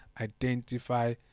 identify